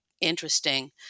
interesting